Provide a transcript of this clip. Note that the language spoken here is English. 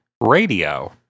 radio